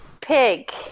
pig